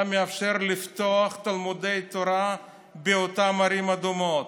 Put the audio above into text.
מאפשר לפתוח תלמודי תורה באותן ערים אדומות.